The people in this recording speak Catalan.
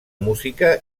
música